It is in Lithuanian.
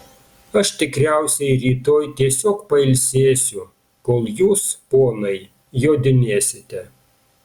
aš tikriausiai rytoj tiesiog pailsėsiu kol jūs ponai jodinėsite